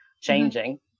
changing